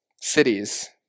cities